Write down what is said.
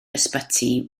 ysbyty